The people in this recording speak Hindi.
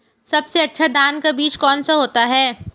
सबसे अच्छा धान का बीज कौन सा होता है?